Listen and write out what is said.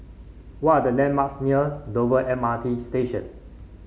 what are the landmarks near Dover M R T Station